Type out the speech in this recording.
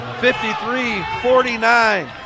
53-49